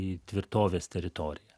į tvirtovės teritoriją